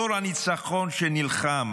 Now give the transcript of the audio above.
דור הניצחון שנלחם